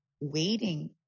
waiting